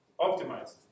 optimize